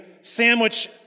sandwich